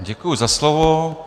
Děkuji za slovo.